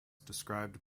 described